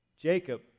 Jacob